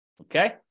Okay